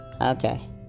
okay